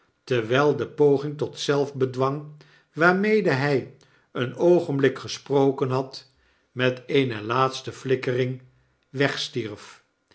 terwyl de pogingtotzelfbedwang waarmede hy een oogenblik gesproken had met eene laatste flikkenng wegstierf